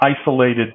isolated